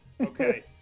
Okay